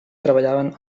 treballaven